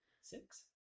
Six